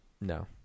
No